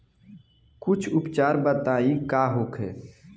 कुछ उपचार बताई का होखे?